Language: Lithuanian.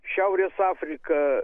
šiaurės afrika